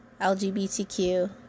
lgbtq